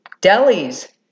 delis